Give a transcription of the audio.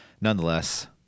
nonetheless